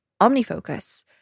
OmniFocus